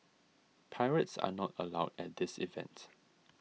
pirates are not allowed at this event